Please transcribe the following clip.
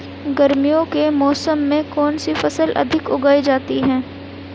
गर्मियों के मौसम में कौन सी फसल अधिक उगाई जाती है?